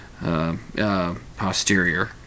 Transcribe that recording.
Posterior